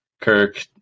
Kirk